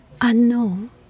unknown